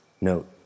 Note